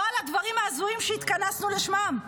לא על הדברים ההזויים שהתכנסנו לשמם.